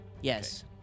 Yes